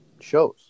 shows